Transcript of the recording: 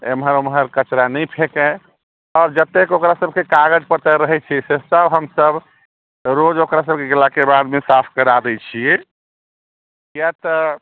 एम्हर ओम्हर कचरा नहि फेकए आओर जतेक ओकरा सबके कागज पत्तर रहै छै से सब हमसब रोज ओकरा सबके गेलाके बादमे साफ करा दै छिए किया तऽ